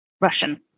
Russian